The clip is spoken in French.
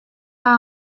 pas